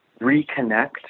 reconnect